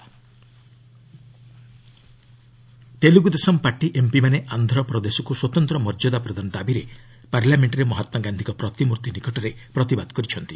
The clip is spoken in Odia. PDP MP protest Telugu Desam party ଏମ୍ପିମାନେ ଆନ୍ଧ୍ରପ୍ରଦେଶକୁ ସ୍ୱତନ୍ତ୍ର ମର୍ଯ୍ୟାଦା ପ୍ରଦାନ ଦାବିରେ ପାର୍ଲାମେଣ୍ଟରେ ମହାତ୍ମାଗାନ୍ଧିଙ୍କ ପ୍ରତିମୂର୍ତ୍ତି ନିକଟରେ ପ୍ରତିବାଦ କରିଛନ୍ତି